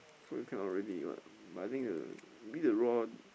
so you cannot really what but I think the maybe the Ron